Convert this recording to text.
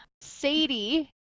Sadie